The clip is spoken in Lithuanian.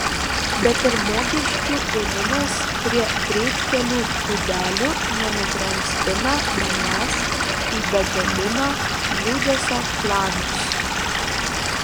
bet ir mokesčių ėmimas prie greitkelių būdelių nenugramzdina manęs į begalinio liūdesio klanus